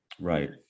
Right